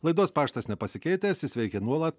laidos paštas nepasikeitęs jis veikia nuolat